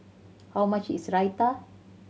how much is Raita